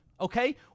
okay